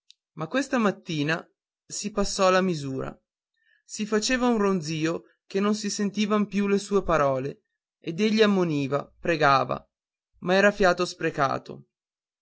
ma questa mattina si passò la misura si faceva un ronzìo che non si sentivan più le sue parole ed egli ammoniva pregava ma era fiato sprecato